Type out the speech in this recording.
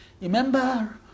Remember